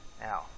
Now